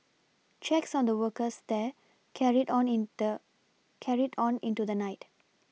checks on the workers there carried on in the carried on into the night